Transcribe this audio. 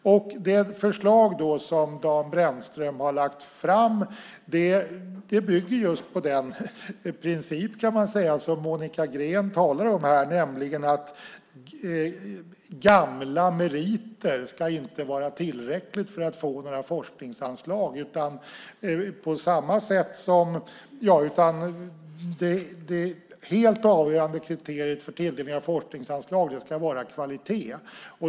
Man kan säga att det förslag som Dan Brännström har lagt fram bygger just på den princip som Monica Green talar om här, nämligen att gamla meriter inte ska vara tillräckligt för att man ska få forskningsanslag, utan det helt avgörande kriteriet för tilldelning av forskningsanslag ska vara kvalitet.